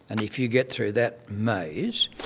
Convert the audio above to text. and if you get through that maze,